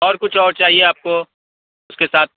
اور کچھ اور چاہیے آپ کو اس کے ساتھ